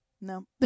No